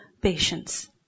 patience